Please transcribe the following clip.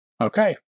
Okay